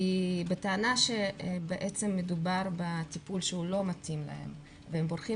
בטענה שמדובר בטיפול שהוא לא מתאים להם והם בורחים